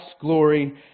glory